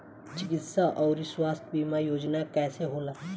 चिकित्सा आऊर स्वास्थ्य बीमा योजना कैसे होला?